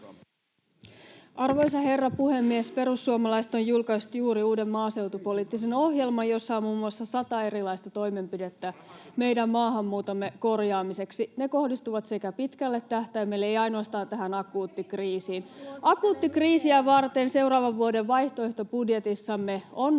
Arvoisa herra puhemies! Perussuomalaiset ovat juuri julkaisseet uuden maaseutupoliittisen ohjelman, jossa on muun muassa sata erilaista toimenpidettä [Mikko Savola: Mutta rahaakin tarvitaan!] meidän maaseutumme korjaamiseksi. Ne kohdistuvat myös pitkälle tähtäimelle, eivät ainoastaan tähän akuuttikriisiin. Akuuttikriisiä varten seuraavan vuoden vaihtoehtobudjetissamme on